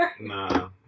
Nah